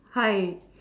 hi